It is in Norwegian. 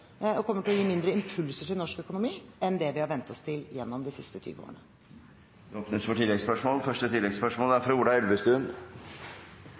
og gi færre impulser til norsk økonomi enn det vi har vent oss til gjennom de siste 20 årene. Det blir oppfølgingsspørsmål – først Ola Elvestuen. Nettopp fordi oljenæringen er